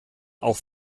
auch